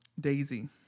Daisy